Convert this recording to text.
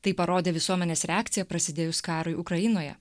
tai parodė visuomenės reakcija prasidėjus karui ukrainoje